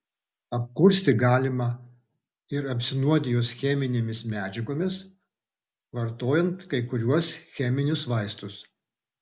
apkursti galima ir apsinuodijus cheminėmis medžiagomis vartojant kai kuriuos cheminius vaistus